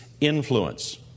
influence